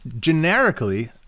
generically